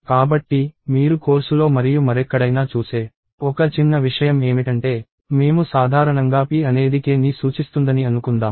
కాబట్టి మీరు కోర్సులో మరియు మరెక్కడైనా చూసే ఒక చిన్న విషయం ఏమిటంటే మేము సాధారణంగా p అనేది k ని సూచిస్తుందని అనుకుందాం